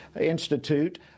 Institute